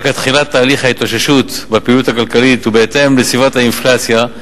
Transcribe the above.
על רקע תחילת תהליך ההתאוששות בפעילות הכלכלית ובהתאם לסביבת האינפלציה,